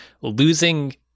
losing